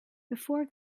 before